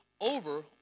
over